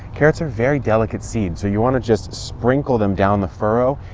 carrots are very delicate seeds. so you want to just sprinkle them down the furrow,